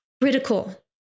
critical